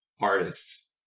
artists